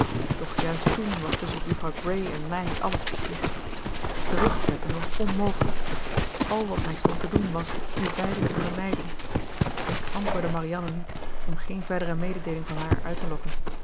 doch juist toen was tusschen juffrouw grey en mij alles beslist terugtrekken was onmogelijk al wat mij stond te doen was u beiden te vermijden ik antwoordde marianne niet om geene verdere mededeeling van haar uit te lokken